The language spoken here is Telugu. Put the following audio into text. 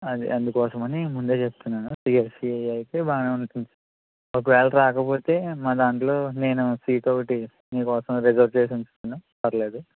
అదే అందుకోసం అనే ముందే చెప్తున్నాను సిఎస్ఈ అయితే బాగానే ఉంటుంది ఒకవేళ రాకపోతే మా దాంట్లో నేను సీట్ ఒకటి నీకోసం రిజర్వు చేసి ఉంచుతాను పర్లేదు